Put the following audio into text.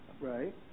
Right